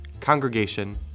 Congregation